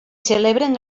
celebren